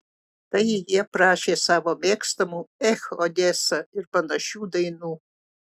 tai jie prašė savo mėgstamų ech odesa ir panašių dainų